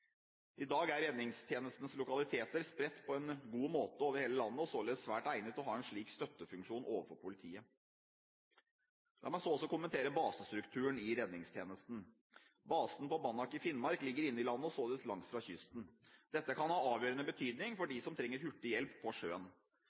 I dag er redningstjenestens lokaliteter spredt på en god måte over hele landet og således svært egnet til å ha en slik støttefunksjon overfor politiet. La meg så kommentere basestrukturen i redningstjenesten. Basen på Banak i Finnmark ligger inne i landet og således langt fra kysten. Dette kan ha avgjørende betydning for dem som trenger hurtig hjelp på sjøen.